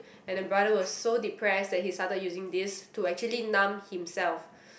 and the brother was so depressed that he started using this to actually numb himself